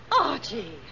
Archie